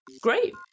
Great